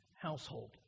household